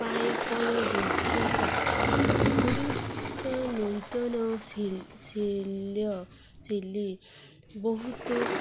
ପାଇଁ କଣ ଯୋଗ୍ୟତା ଗୁରୁତ୍ୱ ନୂର୍ତନ ଶି ଶିଲ୍ୟ ଶିଲି ବହୁତ